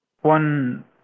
one